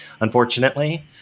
unfortunately